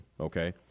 okay